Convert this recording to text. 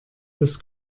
des